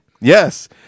Yes